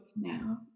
now